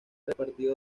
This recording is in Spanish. repartido